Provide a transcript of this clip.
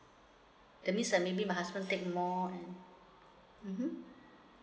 that means uh maybe my husband take more um mmhmm